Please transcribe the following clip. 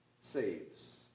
saves